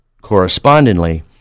correspondingly